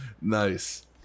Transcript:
Nice